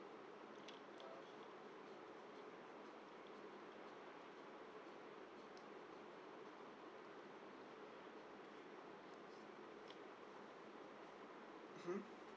hmm